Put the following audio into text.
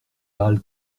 pâle